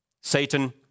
Satan